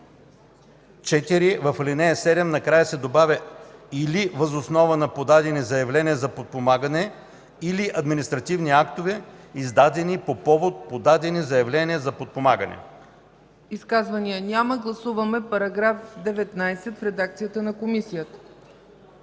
4. В ал. 7 накрая се добавя „или въз основа на подадени заявления за подпомагане или административни актове, издадени по повод подадени заявления за подпомагане”.” ПРЕДСЕДАТЕЛ ЦЕЦКА ЦАЧЕВА: Изказвания няма. Гласуваме § 19 в редакцията на Комисията.